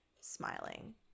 smiling